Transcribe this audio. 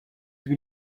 you